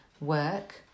work